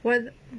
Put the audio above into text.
我